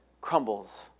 crumbles